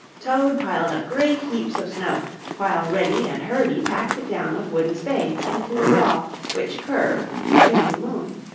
toad piled up great heaps of snow while reddy and herbie packed it down with wooden spades into a wall which curved like a new moon.